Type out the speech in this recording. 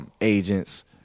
agents